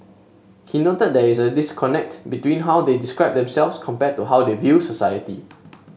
he noted there is a disconnect between how they describe themselves compared to how they view society